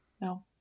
no